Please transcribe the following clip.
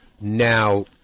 now